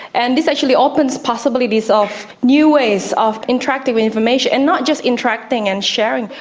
and this actually opens possibilities of new ways of interacting with information, and not just interacting and sharing,